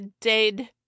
dead